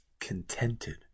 contented